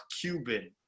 Cuban